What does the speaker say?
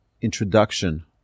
introduction